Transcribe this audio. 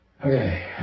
Okay